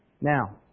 Now